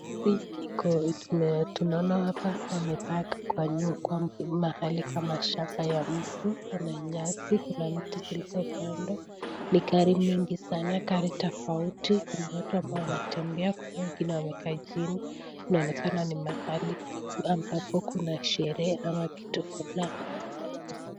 ..Tunona hapa wamepark kwa mahali kama shamba ya mtu, kuna nyasi, kuna mti zilizo katwa ni gari mingi sana gari tofauti. Kuna watu ambao wanatembea kuna wengine wamekaa chini, inaonekana ni mahali ambapo kuna sherehe ama kitu fulani